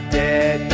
dead